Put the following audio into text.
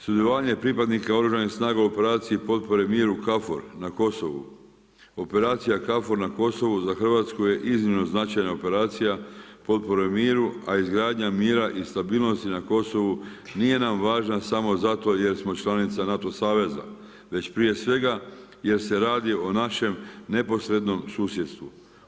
Sudjelovanje pripadnika oružanih snaga u operaciji Potpore miru KFOR na Kosovu, operacija KFOR na Kosovu je za Hrvatsku iznimno značajna operacija potpore miru, a izgradnja mira i stabilnosti na Kosovu nije nam važna samo zato jer smo članica NATO saveza već prije svega jer se radi o našem neposrednom susjedstvu.